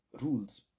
rules